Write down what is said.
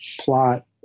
plot